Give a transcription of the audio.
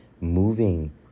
moving